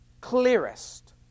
clearest